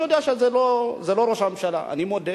אני יודע שזה לא ראש הממשלה, אני מודה.